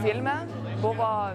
filme buvo